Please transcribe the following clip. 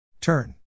turn